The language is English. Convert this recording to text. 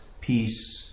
peace